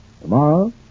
Tomorrow